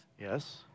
Yes